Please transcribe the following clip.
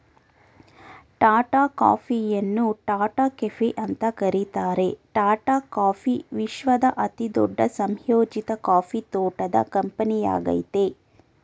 ಟಾಟಾ ಕಾಫಿಯನ್ನು ಟಾಟಾ ಕೆಫೆ ಅಂತ ಕರೀತಾರೆ ಟಾಟಾ ಕಾಫಿ ವಿಶ್ವದ ಅತಿದೊಡ್ಡ ಸಂಯೋಜಿತ ಕಾಫಿ ತೋಟದ ಕಂಪನಿಯಾಗಯ್ತೆ